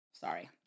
sorry